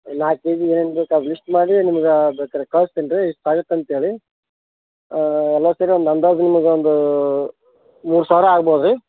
ನಾಲ್ಕು ಕೆಜಿ ಏನೇನು ಬೇಕು ಅದು ಲಿಸ್ಟ್ ಮಾಡಿರಿ ನಿಮ್ಗೆ ಬೇಕಾದ್ರೆ ಕಳಿಸ್ತೀನ್ ರೀ ಇಷ್ಟು ಆಗುತ್ತಂತ್ಹೇಳಿ ಎಲ್ಲ ಸೇರಿ ಒಂದು ಅಂದಾಜು ನಿಮಗೊಂದು ಮೂರು ಸಾವಿರ ಆಗ್ಬೋದು ರೀ